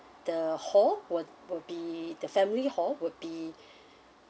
the hall wo~ will be the family hall would be